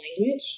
language